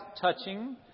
touching